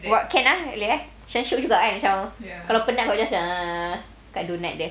wa~ can ah boleh eh uh macam shiok juga kan macam kalau penat macam kat donut dia